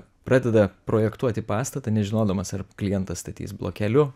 pradeda projektuoti pastatą nežinodamas ar klientas statys blokeliu